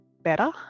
better